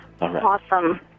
Awesome